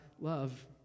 love